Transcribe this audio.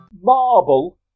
Marble